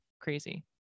crazy